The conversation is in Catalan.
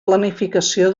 planificació